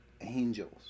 angels